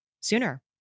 sooner